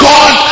God